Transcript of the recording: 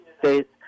States